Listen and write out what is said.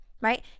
right